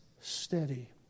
steady